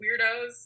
weirdos